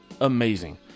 amazing